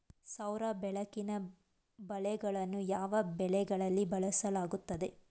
ಸೌರ ಬೆಳಕಿನ ಬಲೆಗಳನ್ನು ಯಾವ ಬೆಳೆಗಳಲ್ಲಿ ಬಳಸಲಾಗುತ್ತದೆ?